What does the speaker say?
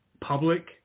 public